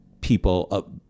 people